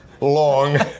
long